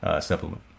supplement